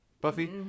Buffy